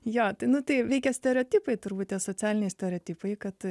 jo tai nu tai veikia stereotipai turbūt tie socialiniai stereotipai kad